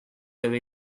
away